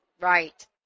Right